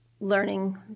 learning